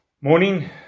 morning